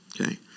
Okay